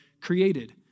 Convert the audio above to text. created